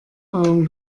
eurem